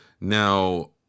Now